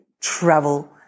travel